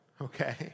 okay